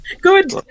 Good